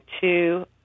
two